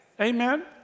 Amen